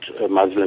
Muslim